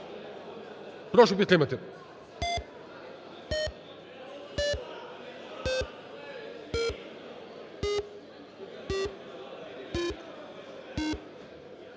Прошу підтримати.